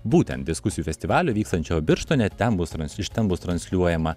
būtent diskusijų festivalio vykstančio birštone ten bus trans iš ten bus transliuojama